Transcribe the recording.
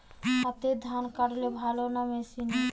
হাতে ধান কাটলে ভালো না মেশিনে?